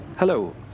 Hello